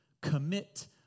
commit